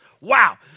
Wow